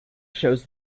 shows